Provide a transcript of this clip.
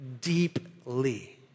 deeply